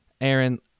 Aaron